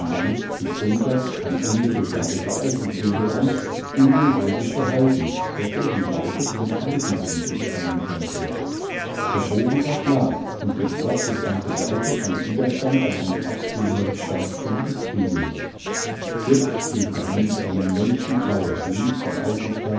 sanft gekrümmter am ende gegabelter eichenprügel an ihm den bogen zu halten daß er die saite mit beiden händen spannen konnte der bogen gab nach und die straff gespannte saite fand widerstand an einem abstehenden zweigstummel des prügels jetzt legte hans seinen längsten pfeil links vom